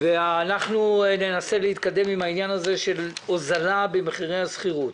ואנחנו ננסה להתקדם עם הוזלה במחירי השכירות,